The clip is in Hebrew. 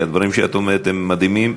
כי הדברים שאת אומרת הם מדהימים,